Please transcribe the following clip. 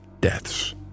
deaths